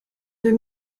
deux